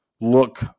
look